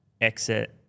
Exit